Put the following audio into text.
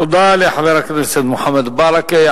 תודה לחבר הכנסת מוחמד ברכה.